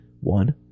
One